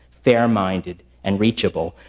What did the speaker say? fair-minded and reachable.